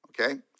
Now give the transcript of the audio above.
okay